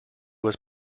was